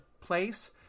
place